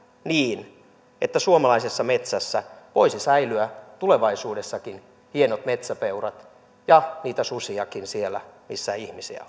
niin että suomalaisessa metsässä voisivat säilyä tulevaisuudessakin hienot metsäpeurat ja niitä susiakin siellä missä ihmisiä